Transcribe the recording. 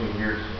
years